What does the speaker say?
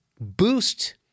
boost